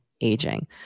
aging